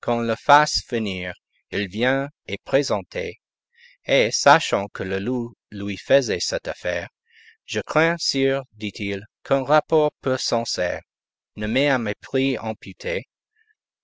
qu'on le fasse venir il vient est présenté et sachant que le loup lui faisait cette affaire je crains sire dit-il qu'un rapport peu sincère ne m'ait à mépris imputé